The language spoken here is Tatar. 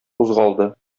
кузгалды